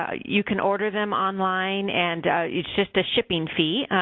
ah you can order them online and it's just a shipping fee,